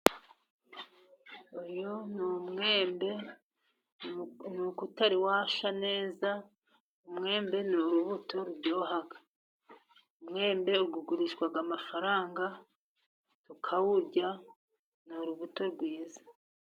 Uyu ni umwembe nuko utari washya neza. Umwembe ni urubuto ruryoha. Umwembe ugurishwa amafaranga, tukawurya. Ni urubuto rwiza.